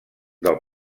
del